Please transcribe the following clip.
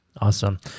Awesome